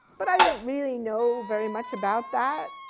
but i didn't really know very much about that.